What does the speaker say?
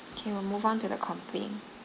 K we'll move on to the complain